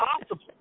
possible